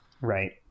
Right